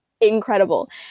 incredible